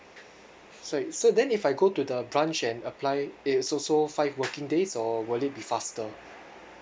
sorry so then if I go to the branch and apply it's also five working days or will it be faster